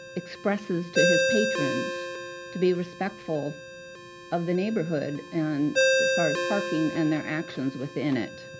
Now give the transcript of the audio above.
expresses to his patrons to be respectful of the neighborhood, and as far as parking and their actions within it.